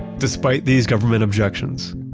despite these government objections,